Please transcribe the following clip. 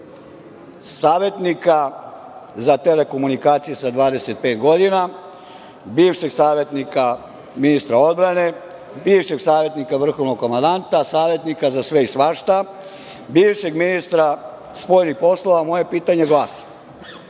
savetnika za telekomunikacije sa 25 godina, bivšeg savetnika ministra odbrane, bivšeg savetnika vrhovnog komandanta, savetnika za sve i svašta, bivšeg ministra spoljnih poslova, glasi